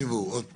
תקשיבו, עוד פעם,